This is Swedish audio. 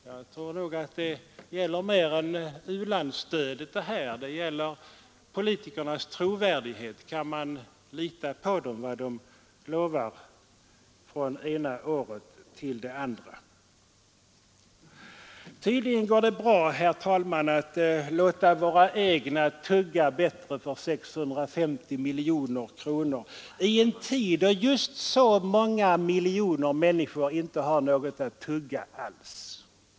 — Jag tror nog att detta gäller mer än u-landsstödet. Det gäller politikernas trovärdighet. Kan man från det ena året till det andra lita på vad de lovar? Tydligen går det bra, herr talman, att låta våra egna tugga bättre för 650 miljoner kronor i en tid då oerhört många miljoner människor inte har något att tugga alls.